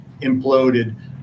imploded